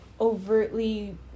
overtly